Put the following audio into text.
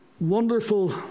wonderful